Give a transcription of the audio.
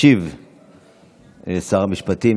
ישיב שר המשפטים,